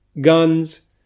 guns